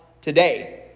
today